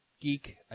geek